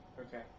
Okay